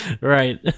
Right